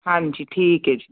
ਹਾਂਜੀ ਠੀਕ ਹੈ ਜੀ